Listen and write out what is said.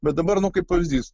bet dabar nu kaip pavyzdys